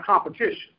competition